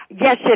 Yes